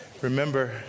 remember